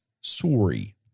sorry